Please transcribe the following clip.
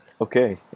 Okay